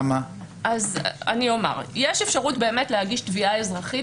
יש אפשרות להגיש תביעה אזרחית.